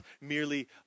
merely